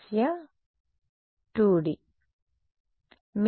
విద్యార్థి కాబట్టి ది